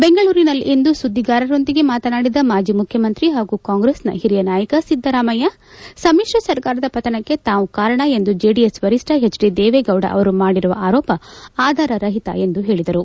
ಬೆಂಗಳೂರಿನಲ್ಲಿಂದು ಸುದ್ದಿಗಾರರೊಂದಿಗೆ ಮಾತನಾಡಿದ ಮಾಜಿ ಮುಖ್ಯಮಂತ್ರಿ ಹಾಗೂ ಕಾಂಗ್ರೆಸ್ನ ಹಿರಿಯ ನಾಯಕ ಸಿದ್ದರಾಮಯ್ಯ ಸಮಿಶ್ರ ಸರ್ಕಾರದ ಪತನಕ್ಕೆ ತಾವು ಕಾರಣ ಎಂದು ಜೆಡಿಎಸ್ ವರಿಷ್ಠ ಹೆಚ್ ಡಿ ದೇವೇಗೌಡ ಅವರು ಮಾಡಿರುವ ಆರೋಪ ಆಧಾರರಹಿತ ಎಂದು ಹೇಳಿದರು